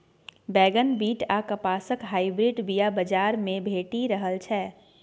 बैगन, बीट आ कपासक हाइब्रिड बीया बजार मे भेटि रहल छै